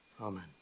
Amen